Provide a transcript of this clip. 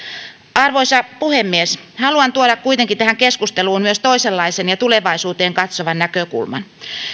arvoisa puhemies haluan tuoda kuitenkin tähän keskusteluun myös toisenlaisen ja tulevaisuuteen katsovan näkökulman